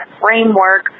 framework